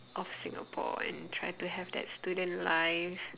of singapore and try to have that student life